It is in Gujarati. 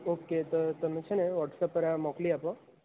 ઓકે તો તમે છે ને વોટસપ પર આ મોકલી આપો